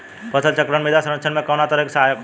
फसल चक्रण मृदा संरक्षण में कउना तरह से सहायक होला?